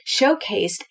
showcased